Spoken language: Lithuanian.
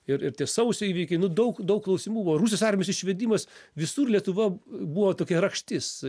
ir ir sausio įvykiai nu daug daug klausimų buvo rusijos armijos išvedimas visur lietuva buvo tokia rakštis